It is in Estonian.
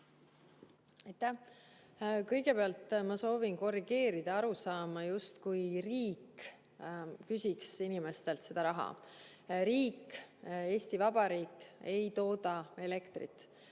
Kõigepealt ma soovin korrigeerida arusaama, justkui riik küsiks inimestelt seda raha. Riik, Eesti Vabariik ei tooda elektrit.